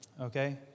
Okay